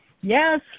Yes